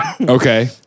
okay